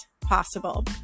possible